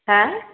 हा